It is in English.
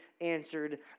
answered